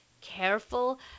careful